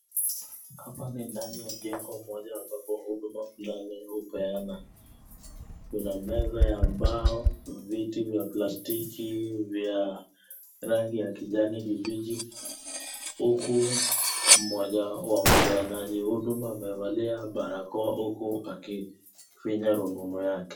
Hapa ni ndani ya jengo moja ambapo huduma fulani hupeanwa. Kuna meza ya mbao, viti za plastiki vya rangi ya kijani kibichi huku mmoja wao wa wapeanaji wa huduma amevalia barakoa huku akifinya rununu yake.